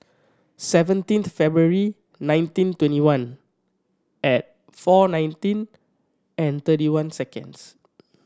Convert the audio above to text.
seventeenth February nineteen twenty one at four nineteen and thirty one seconds